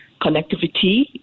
connectivity